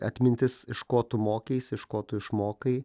atmintis iš ko tu mokeisi iš ko tu išmokai